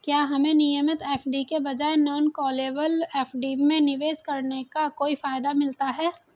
क्या हमें नियमित एफ.डी के बजाय नॉन कॉलेबल एफ.डी में निवेश करने का कोई फायदा मिलता है?